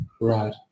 Right